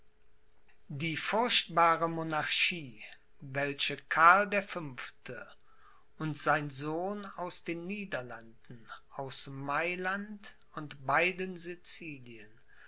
die furchtbare monarchie welche karl der fünfte und sein sohn aus den niederlanden aus mailand und beiden sizilien